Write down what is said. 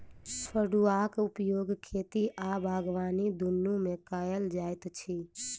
फड़ुआक उपयोग खेती आ बागबानी दुनू मे कयल जाइत अछि